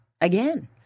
again